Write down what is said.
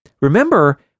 remember